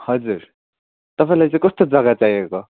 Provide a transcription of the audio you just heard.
हजुर तपाईँलाई चाहिँ कस्तो जग्गा चाहिएको